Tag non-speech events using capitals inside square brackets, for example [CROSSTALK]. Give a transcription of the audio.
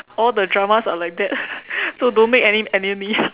all the dramas are like that [LAUGHS] so don't make any enemy [BREATH]